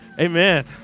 Amen